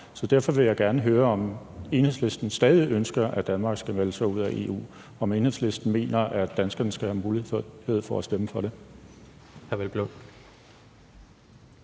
derfor vil jeg gerne høre, om Enhedslisten stadig ønsker, at Danmark skal melde sig ud af EU – om Enhedslisten mener, at danskerne skal have mulighed for at stemme om det?